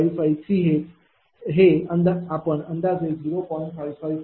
5538 हे आपण अंदाजे 0